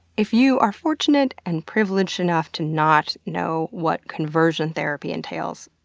if you are fortunate and privileged enough to not know what conversion therapy entails,